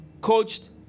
coached